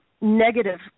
negative